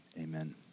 Amen